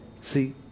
See